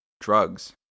drugs